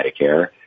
Medicare